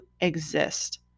exist